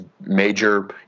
major